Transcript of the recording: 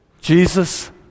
Jesus